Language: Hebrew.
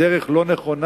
בדרך לא נכונה,